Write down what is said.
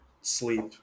sleep